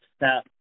Now